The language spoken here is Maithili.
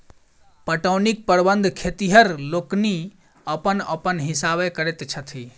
पटौनीक प्रबंध खेतिहर लोकनि अपन अपन हिसाबेँ करैत छथि